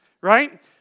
right